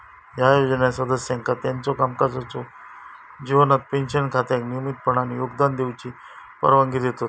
ह्या योजना सदस्यांका त्यांच्यो कामकाजाच्यो जीवनात पेन्शन खात्यात नियमितपणान योगदान देऊची परवानगी देतत